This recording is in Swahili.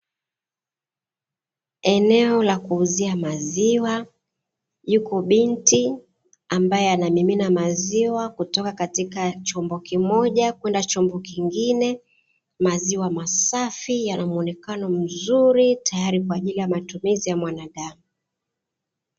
Eneo la kuuzia maziwa yupo binti ambaye anamimina maziwa kutoka katika chombo kimoja kwenda kingine. Maziwa masafi yana muonekano mzuri, tayari kwa ajili ya matumizi ya mwanadamu.